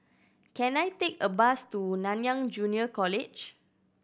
can I take a bus to Nanyang Junior College